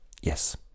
Yes